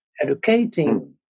educating